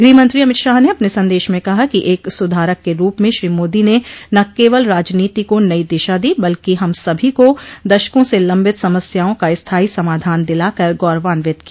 गृहमंत्री अमित शाह ने अपने संदेश में कहा कि एक सुधारक के रूप में श्री मोदी ने न केवल राजनीति को नई दिशा दी बल्कि हम सभी को दशकों से लंबित समस्याओं का स्थाई समाधान दिलाकर गौरवान्वित किया